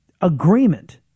agreement